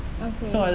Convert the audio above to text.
okay